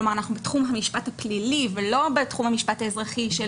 כלומר אנחנו בתחום המשפט הפלילי ולא בתחום המשפט האזרחי של